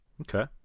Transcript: Okay